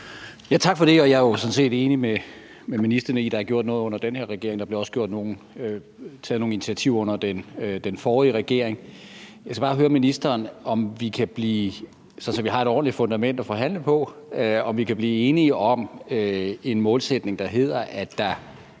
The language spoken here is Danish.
Tak for det. Jeg er jo sådan set enig med ministeren i, at der er gjort noget under den her regering. Der blev også taget nogle initiativer under den forrige regering. Jeg skal bare høre ministeren, om vi, sådan at vi har et ordentligt fundament at